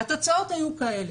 והתוצאות היו כאלה: